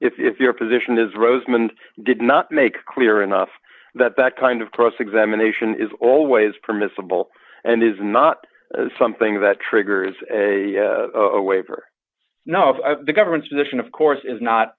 if your position is rosemond did not make clear enough that that kind of cross examination is always permissible and is not something that triggers a waiver no if the government's position of course is not